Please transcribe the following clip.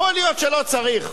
יכול להיות שלא צריך,